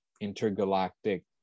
intergalactic